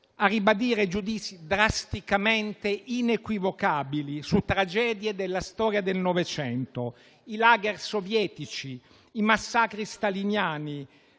a ribadire giudizi drasticamente inequivocabili su tragedie della storia del Novecento come i *lager* sovietici o i massacri staliniani.